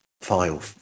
file